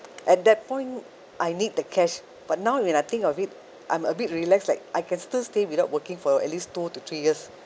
at that point I need the cash but now when I think of it I'm a bit relax like I can still stay without working for at least two to three years